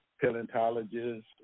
paleontologists